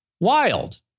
wild